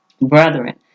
Brethren